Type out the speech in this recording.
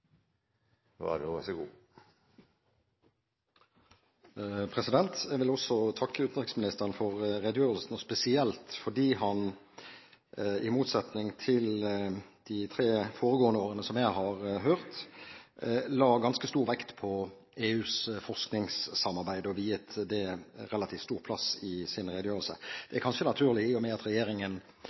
jeg vil takke utenriksministeren for redegjørelsen, spesielt fordi han – i motsetning til i de tre foregående årene som jeg har hørt den – la ganske stor vekt på EUs forskningssamarbeid, og viet det relativt stor plass i sin redegjørelse. Det er kanskje naturlig, i og med at regjeringen